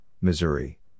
Missouri